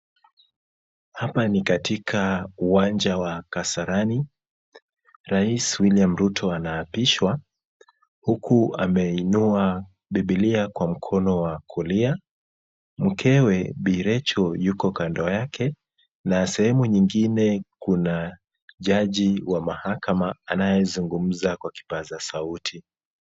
Hapa ni katika uwanja wa Kasarani, rais William Ruto anaapishwa, huku ameinua biblia kwa mkono wa kulia. Mkewe bi Rachel yuko kando yake, na sehemu nyingine kuna jaji wa mahakama anayezungumza kwa kipaza sauti.